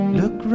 look